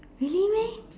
really meh